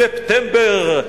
ספ-טמ-בר,